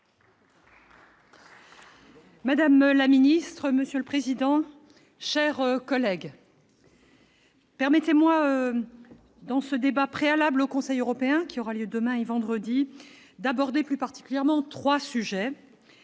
Madame la Ministre, Monsieur le Président, chers collègues. Permettez-moi dans ce débat préalable au conseil européen qui aura lieu demain et vendredi d'aborder plus particulièrement 3 sujets